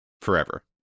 forever